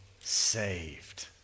saved